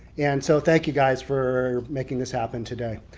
and so thank you guys for making this happen today.